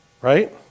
right